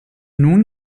nun